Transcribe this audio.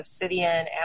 obsidian